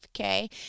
Okay